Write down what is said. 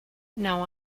não